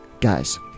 guys